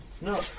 No